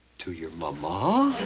to your mama?